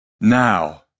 Now